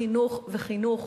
חינוך וחינוך.